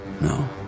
No